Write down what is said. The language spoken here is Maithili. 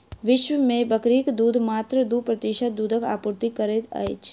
विश्व मे बकरीक दूध मात्र दू प्रतिशत दूधक आपूर्ति करैत अछि